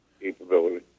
capability